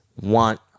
want